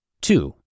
Two